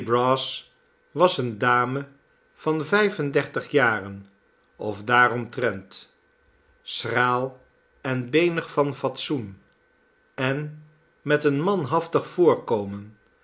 brass was eene dame van vijf en dertig jaren of daaromtrent schraal en beenig van fatsoen en met een manhaftig voorkomen